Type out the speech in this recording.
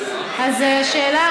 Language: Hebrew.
אז השאלה,